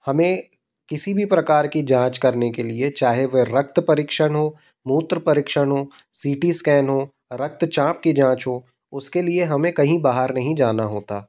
हमें किसी भी प्रकार की जाँच करने के लिए चाहे वह रक्त परीक्षण हो मूत्र परीक्षण हो सी टी स्कैन हो रक्तचाप की जाँच हो उसके लिए हमें कहीं बाहर नहीं जाना होता